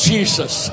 Jesus